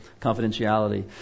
confidentiality